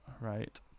right